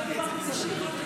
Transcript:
דיברתי שלוש דקות.